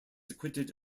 acquitted